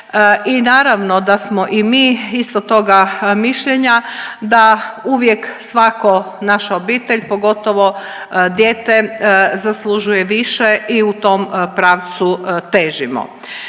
I naravno da smo i mi isto toga mišljenja da uvijek svako naša obitelj pogotovo, dijete zaslužuje više i u tom pravcu težimo.